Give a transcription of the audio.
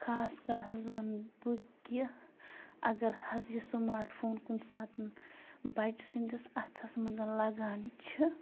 خاص کر حظ وَنہٕ بہٕ کہِ اگر حظ یہِ سُماٹ فون کُنہِ ساتہٕ بَچہٕ سٕنٛدِس اَتھَس منٛز لَگان چھِ